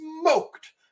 smoked